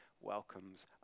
welcomes